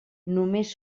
només